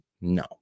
no